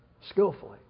skillfully